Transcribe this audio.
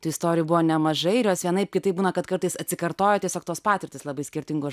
tų istorijų buvo nemažai ir jos vienaip kitaip būna kad kartais atsikartoja tiesiog tos patirtys labai skirtingos